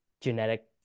genetic